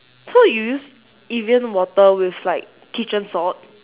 so you use evian water with like kitchen salt